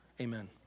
Amen